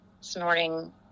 snorting